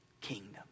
Kingdom